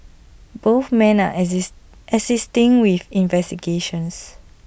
both men are assisting with investigations